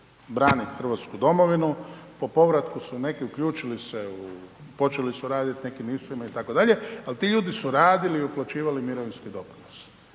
braniti Hrvatsku domovinu po povratku su se neki uključili, počeli su raditi u nekim … itd., ali tu ljudi su radili i uplaćivali mirovinski doprinos.